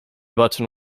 button